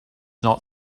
not